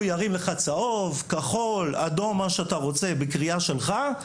הוא ירים, צהוב, כחול, אדום, בקריאה שלך,